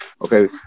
Okay